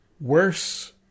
worse